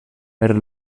per